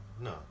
No